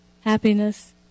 happiness